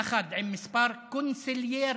יחד עם כמה קונסיליירים,